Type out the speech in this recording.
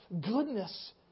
goodness